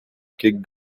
que